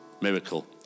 miracle